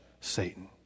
Satan